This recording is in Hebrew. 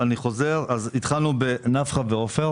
התחלנו בנפחא ועופר.